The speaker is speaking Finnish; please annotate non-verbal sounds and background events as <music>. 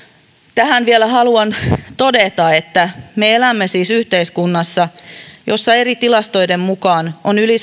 tähän vielä haluan todeta että me elämme siis yhteiskunnassa jossa eri tilastoiden mukaan on yli <unintelligible>